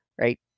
right